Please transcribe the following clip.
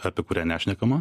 apie kurią nešnekama